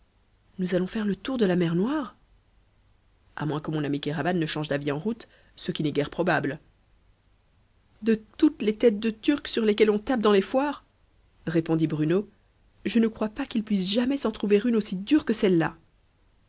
nous allons faire le tour de la mer noire a moins que mon ami kéraban ne change d'avis en route ce qui n'est guère probable de toutes les têtes de turc sur lesquelles on tape dans les foires répondit bruno je ne crois pas qu'il puisse jamais s'en trouver une aussi dure que celle-là